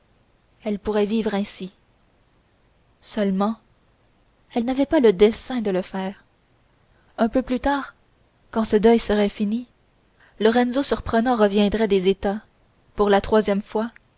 elle pourrait vivre ainsi seulement elle n'avait pas dessein de le faire un peu plus tard quand ce deuil serait fini lorenzo surprenant reviendrait des états pour la troisième fois